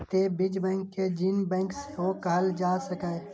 तें बीज बैंक कें जीन बैंक सेहो कहल जा सकैए